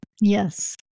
Yes